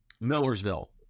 Millersville